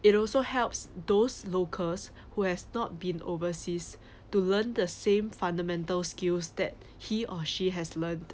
it also helps those locals who has not been overseas to learn the same fundamental skills that he or she has learnt